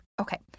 Okay